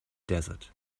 desert